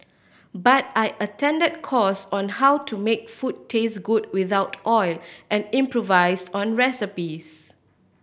but I attended course on how to make food taste good without oil and improvise on recipes